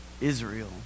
Israel